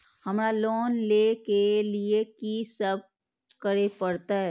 हमरा लोन ले के लिए की सब करे परते?